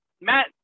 Matt